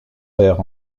père